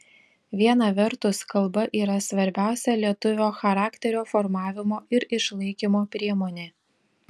viena vertus kalba yra svarbiausia lietuvio charakterio formavimo ir išlaikymo priemonė